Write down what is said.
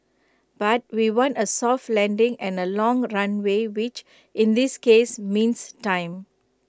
but we want A soft landing and A long runway which in this case means time